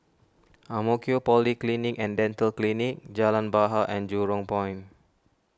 Ang Mo Kio Polyclinic and Dental Clinic Jalan Bahar and Jurong Point